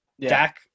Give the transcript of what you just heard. Dak